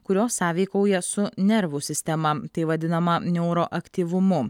kurios sąveikauja su nervų sistema tai vadinama neuroaktyvumu